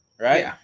Right